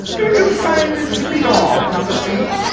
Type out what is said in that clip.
don't you find it is a bit odd number three?